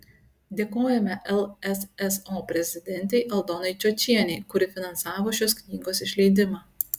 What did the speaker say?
dėkojame lsso prezidentei aldonai čiočienei kuri finansavo šios knygos išleidimą